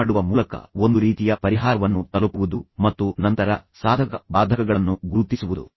ಮಾತನಾಡುವ ಮೂಲಕ ಒಂದು ರೀತಿಯ ಪರಿಹಾರವನ್ನು ತಲುಪುವುದು ಮತ್ತು ನಂತರ ಸಾಧಕ ಬಾಧಕಗಳನ್ನು ಗುರುತಿಸುವುದು